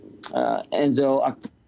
Enzo